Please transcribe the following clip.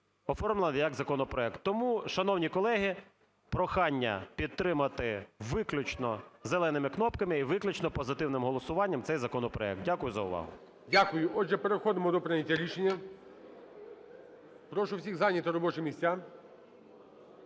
оформлена як законопроект. Тому, шановні колеги, прохання підтримати виключно зеленими кнопками і виключно позитивним голосуванням цей законопроект. Дякую за увагу. ГОЛОВУЮЧИЙ. Дякую. Отже, переходимо до прийняття рішення. Прошу всіх зайняти робочі місця.